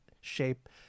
shape